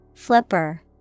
Flipper